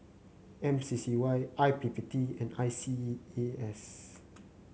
M C C Y I P P T and I C E A S